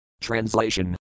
Translation